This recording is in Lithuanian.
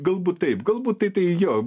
galbūt taip galbūt tai tai jo